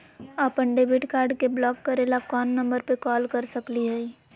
अपन debit card के block करे ला कौन नंबर पे कॉल कर सकली हई?